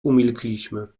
umilkliśmy